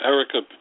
Erica